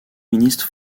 ministre